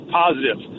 positive